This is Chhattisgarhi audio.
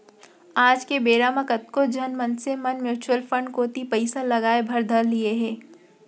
आज के बेरा म कतको झन मनसे मन म्युचुअल फंड कोती पइसा लगाय बर धर लिये हें